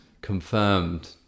confirmed